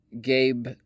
Gabe